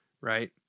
right